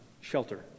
shelter